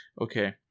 Okay